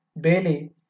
Bailey